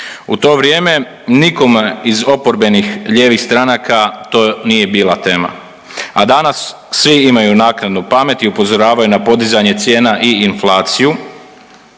U to vrijeme nikome iz oporbenih lijevih stranaka to nije bila tema, a danas svi imaju naknadnu pamet i upozoravaju na podizanje cijena i inflaciju,